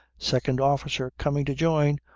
second officer coming to join.